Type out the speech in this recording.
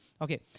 okay